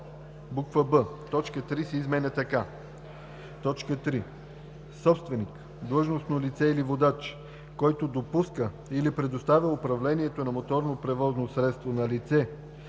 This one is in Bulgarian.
б) точка 3 се изменя така: „3. собственик, длъжностно лице или водач, който допуска или предоставя управлението на моторно превозно средство на лице,